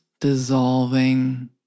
dissolving